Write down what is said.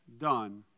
done